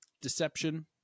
deception